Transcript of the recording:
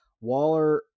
waller